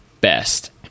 best